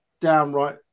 downright